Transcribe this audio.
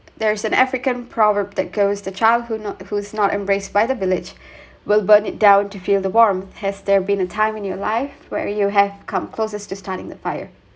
there's an african proverb that goes to childhood not who's not embraced by the village will burn it down to feel the warmth has there been a time in your life where you have come closest to starting the fire